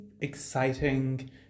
exciting